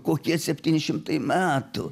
kokie septyni šimtai metų